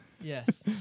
Yes